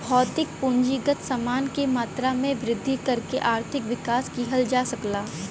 भौतिक पूंजीगत समान के मात्रा में वृद्धि करके आर्थिक विकास किहल जा सकला